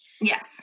Yes